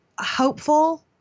hopeful